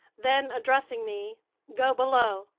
then, addressing me go below!